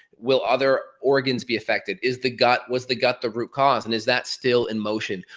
will other organs be affected? is the gut was the gut the root cause and is that still in motion?